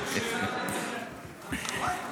רגע, רגע,